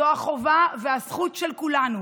זו החובה והזכות של כולנו,